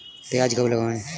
प्याज कब लगाएँ?